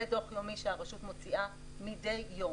זה דוח יומי שהרשות מוציאה מדי יום.